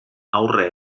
aurre